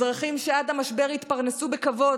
אזרחים שעד המשבר התפרנסו בכבוד,